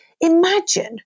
Imagine